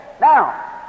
Now